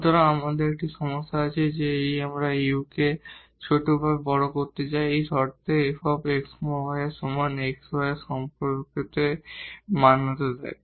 সুতরাং আমাদের একটি সমস্যা আছে যে আমরা এই u কে ছোট বা বড় করতে চাই এই শর্তে f x y এর সমান যে x y এই সম্পর্ককে মান্যতা দেয়